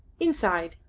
inside.